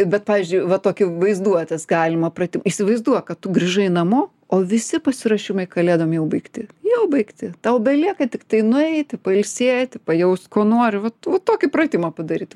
bet pavyzdžiui va tokį vaizduotės galima pratim įsivaizduok kad tu grįžai namo o visi pasiruošimai kalėdom jau baigti jau baigti tau belieka tiktai nueiti pailsėti pajaust ko nori vat vat tokį pratimą padaryt va